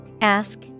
Ask